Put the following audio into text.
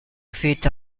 feet